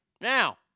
Now